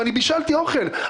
ואני בישלתי אוכל,